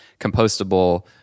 compostable